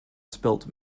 spilt